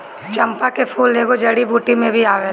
चंपा के फूल एगो जड़ी बूटी में भी आवेला